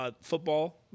football